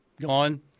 gone